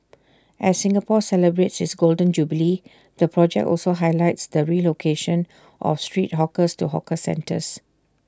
as Singapore celebrates its Golden Jubilee the project also highlights the relocation of street hawkers to hawker centres